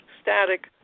Static